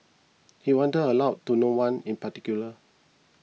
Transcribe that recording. he wondered aloud to no one in particular